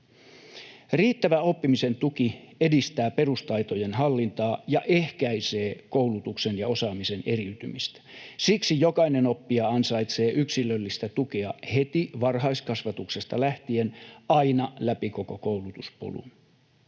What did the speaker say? Riittävä oppimisen tuki edistää perustaitojen hallintaa ja ehkäisee koulutuksen ja osaamisen eriytymistä. Siksi jokainen oppija ansaitsee yksilöllistä tukea heti varhaiskasvatuksesta lähtien aina läpi koko koulutuspolun.